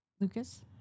Lucas